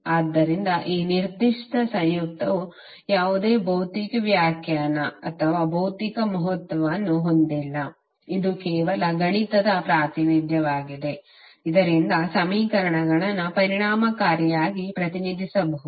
ಆದ್ದರಿಂದ ಈ ನಿರ್ದಿಷ್ಟ ಸಂಯುಕ್ತವು ಯಾವುದೇ ಭೌತಿಕ ವ್ಯಾಖ್ಯಾನ ಅಥವಾ ಭೌತಿಕ ಮಹತ್ವವನ್ನು ಹೊಂದಿಲ್ಲ ಇದು ಕೇವಲ ಗಣಿತದ ಪ್ರಾತಿನಿಧ್ಯವಾಗಿದೆ ಇದರಿಂದ ಸಮೀಕರಣಗಳನ್ನು ಪರಿಣಾಮಕಾರಿಯಾಗಿ ಪ್ರತಿನಿಧಿಸಬಹುದು